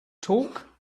talk